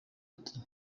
ati